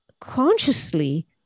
consciously